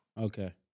Okay